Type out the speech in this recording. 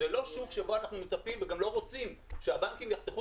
זה לא שוק בו אנחנו מצפים וגם לא רוצים שהבנקים יחתכו